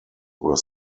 were